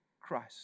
Christ